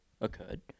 occurred